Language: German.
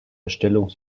erstellung